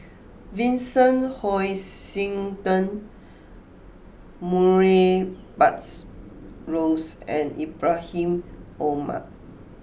Vincent Hoisington Murray Buttrose and Ibrahim Omar